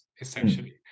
essentially